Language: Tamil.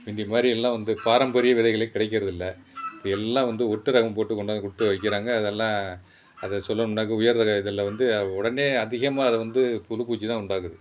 முந்தி மாதிரி எல்லாம் வந்து பாரம்பரிய விதைகளே கிடைக்கிறதில்ல இப்போயெல்லாம் வந்து ஒட்டு ரகம் போட்டு கொண்டாந்து கொடுத்து வைக்கிறாங்க அதெல்லாம் அதை சொல்லணுன்னாக்கால் உயர் ரக இதில் வந்து அது உடனே அதிகமாக அதை வந்து புழு பூச்சிதான் உண்டாக்குது